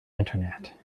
internet